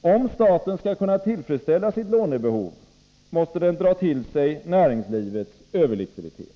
Om staten skall kunna tillfredsställa sitt lånebehov, måste den dra till sig näringslivets överlikviditet.